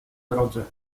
drodze